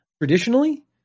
traditionally